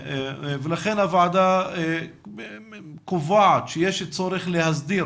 הוועדה קובעת שיש צורך להסדיר